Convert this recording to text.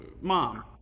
mom